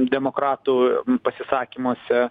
demokratų pasisakymuose